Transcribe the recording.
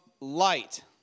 light